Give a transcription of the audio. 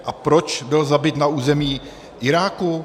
A proč byl zabit na území Iráku?